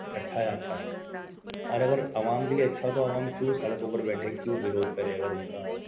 اچھا ہے اچھا ہے اور اگر عوام کے لئے اچھا ہو تو عوام کیوں سڑکوں پر بیٹھے کیوں ورودھ کرے اگر ان کا